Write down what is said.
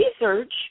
research